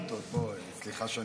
השאילתות, בואי, סליחה שאני,